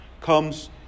comes